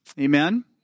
Amen